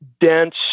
dense